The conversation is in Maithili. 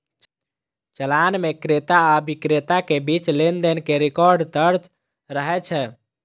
चालान मे क्रेता आ बिक्रेता के बीच लेनदेन के रिकॉर्ड दर्ज रहै छै